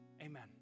Amen